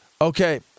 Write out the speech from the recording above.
Okay